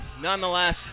nonetheless